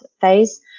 phase